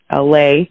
LA